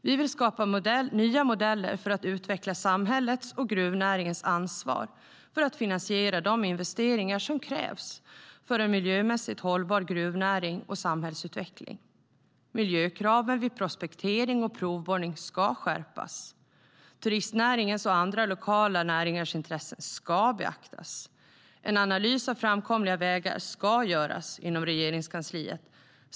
Vi vill skapa nya modeller för att utveckla samhällets och gruvnäringens ansvar för att finansiera de investeringar som krävs för en miljömässigt hållbar gruvnäring och samhällsutveckling. Miljökraven vid prospektering och provborrning ska skärpas. Turistnäringens och andra lokala näringars intresse ska beaktas. En analys av framkomliga vägar ska göras inom Regeringskansliet.